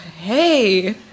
hey